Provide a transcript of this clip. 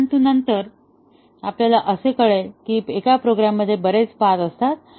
परंतु नंतर आपल्याला असे कळेल की एका प्रोग्रॅममध्ये बरेच पाथ आहेत